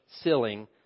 ceiling